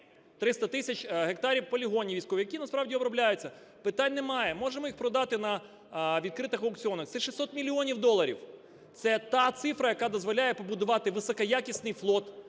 300 тисяч гектарів полігонів військових, які насправді обробляються. Питань немає – можемо їх продати на відкритих аукціонах, це 600 мільйонів доларів, це та цифра, яка дозволяє побудувати високоякісний флот,